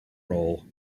role